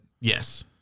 Yes